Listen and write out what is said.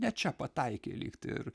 ne čia pataikei lygtai ir